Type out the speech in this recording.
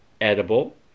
edible